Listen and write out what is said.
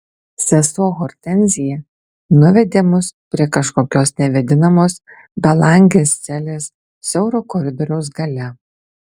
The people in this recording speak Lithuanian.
sesuo hortenzija nuvedė mus prie kažkokios nevėdinamos belangės celės siauro koridoriaus gale